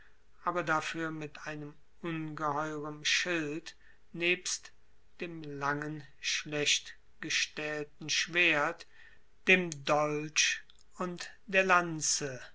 aber dafuer mit ungeheurem schild nebst dem langen schlechtgestaehlten schwert dem dolch und der lanze